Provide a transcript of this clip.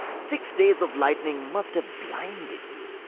six days of lightning must have blinded you.